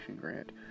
Grant